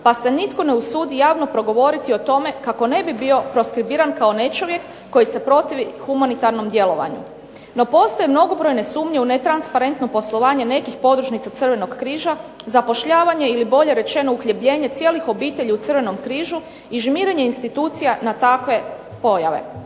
pa se nitko ne usudi javno progovoriti o tome kako ne bi bio proskribiran kao nečovjek koji se protivi humanitarnom djelovanju. No postoje mnogobrojne sumnje u netransparentnoj poslovanje nekih podružnica Crvenog križa, zapošljavanje ili bolje rečeno uhljebljenje cijelih obitelji u Crvenom križu i žmirenje institucija na takve pojave.